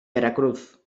veracruz